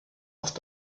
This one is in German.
oft